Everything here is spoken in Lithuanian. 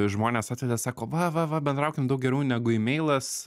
žmonės atvedė sako va va va bendraukim daug geriau negu emeilas